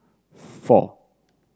four